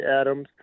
Adams